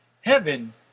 Heaven